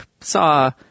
saw